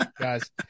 guys